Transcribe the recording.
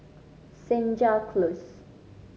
Senja Close